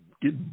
get